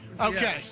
Okay